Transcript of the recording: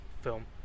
film